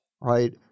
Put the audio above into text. right